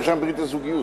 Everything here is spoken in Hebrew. הוא נרשם בברית הזוגיות.